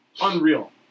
unreal